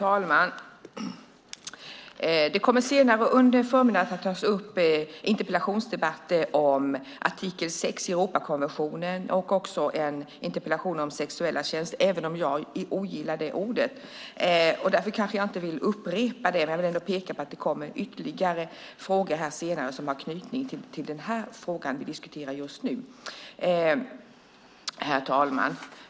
Herr talman! Senare under förmiddagen kommer det att bli en interpellationsdebatt om artikel 6 i Europakonventionen. Det kommer även att bli en interpellationsdebatt om sexuella tjänster - ett begrepp som jag inte gillar och därför helst inte använder. Jag ville dock peka på att det kommer ytterligare frågor senare som har anknytning till den fråga vi debatterar nu. Herr talman!